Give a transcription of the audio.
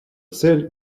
цель